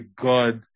god